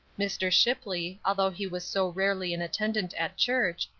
mr. shipley, although he was so rarely an attendant at church,